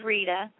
Rita